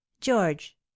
george